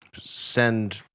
send